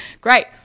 Great